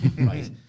right